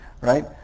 right